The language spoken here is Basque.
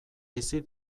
bizi